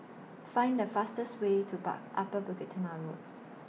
Find The fastest Way to Upper Bukit Timah Road